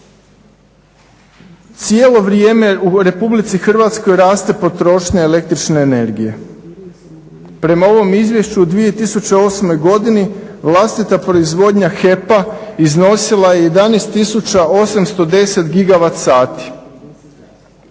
cijelo vrijeme u Republici Hrvatskoj raste potrošnja električne energije. Prema ovom izvješću u 2008. godini vlastita proizvodnja HEP-a iznosila je 11810